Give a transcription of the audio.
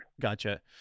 Gotcha